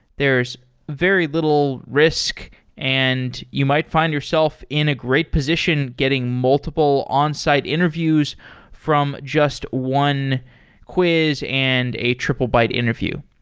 there's very little risk and you might find yourself in a great position getting multiple on-site interviews from just one quiz and a triplebyte interview.